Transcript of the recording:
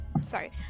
sorry